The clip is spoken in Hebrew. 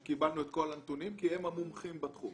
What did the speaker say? אחרי שקיבלנו את כל הנתונים כי הם המומחים בתחום.